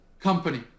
company